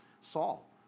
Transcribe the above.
Saul